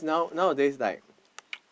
now nowadays like